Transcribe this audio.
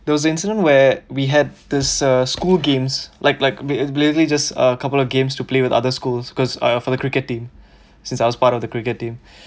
there was incident where we had this uh school games like like merely just a couple of games to play with other schools because I for the cricket team since I was part of the cricket team